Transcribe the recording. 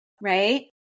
right